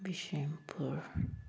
Bishnupur